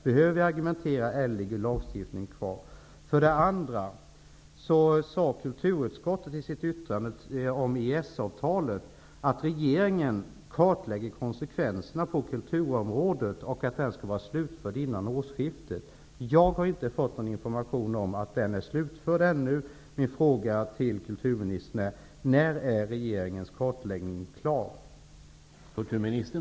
Behöver vi argumentera eller kan vi ha lagstiftningen kvar? EES-avtalet att regeringen skulle kartlägga konsekvenserna på kulturområdet och att denna kartläggning skulle vara klar innan årsskiftet. Jag har inte fått någon information om huruvida denna kartläggning är slutförd. Min fråga till kulturministern är: När är regeringens kartläggning klar?